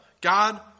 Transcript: God